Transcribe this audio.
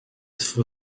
for